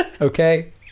okay